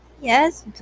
Yes